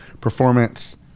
Performance